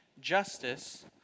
justice